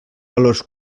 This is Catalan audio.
valors